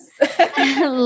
Yes